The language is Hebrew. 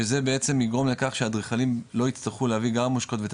שזה בעצם יגרום לכך שאדריכלים לא יצטרכו גם -- ואת